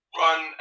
run